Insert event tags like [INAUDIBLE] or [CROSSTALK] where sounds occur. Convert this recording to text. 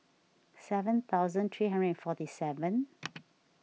seven thousand three hundred and forty seven [NOISE]